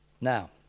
Now